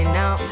now